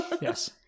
Yes